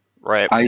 Right